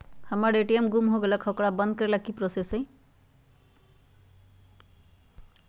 हमर ए.टी.एम गुम हो गेलक ह ओकरा बंद करेला कि कि करेला होई है?